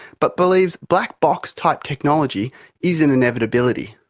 but believes black box type technology is an inevitability.